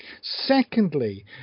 Secondly